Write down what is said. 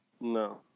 No